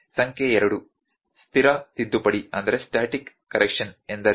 ಸಂಖ್ಯೆ 2 ಸ್ಥಿರ ತಿದ್ದುಪಡಿ ಎಂದರೇನು